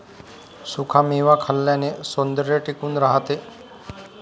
सुखा मेवा खाल्ल्याने सौंदर्य टिकून राहते